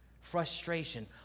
frustration